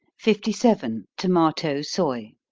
fifty seven. tomato soy.